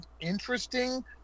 interesting